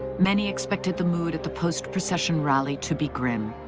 many expected the mood at the post-procession rally to be grim.